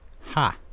ha